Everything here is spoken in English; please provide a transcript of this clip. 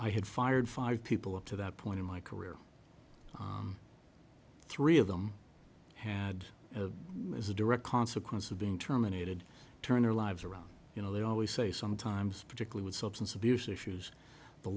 i had fired five people up to that point in my career three of them had as a direct consequence of being terminated turn their lives around you know they always say sometimes particular with substance abuse issues the